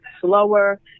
slower